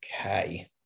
okay